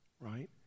right